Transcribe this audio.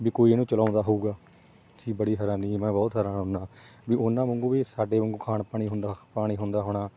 ਵੀ ਕੋਈ ਇਹਨੂੰ ਚਲਾਉਂਦਾ ਹੋਵੇਗਾ ਜੀ ਬੜੀ ਹੈਰਾਨੀ ਮੈਂ ਬਹੁਤ ਹੈਰਾਨ ਹੁੰਦਾ ਵੀ ਉਹਨਾਂ ਵਾਂਗੂ ਵੀ ਸਾਡੇ ਵਾਂਗੂ ਖਾਣ ਪਾਣੀ ਹੁੰਦਾ ਪਾਣੀ ਹੁੰਦਾ ਹੋਣਾ